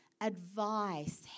advice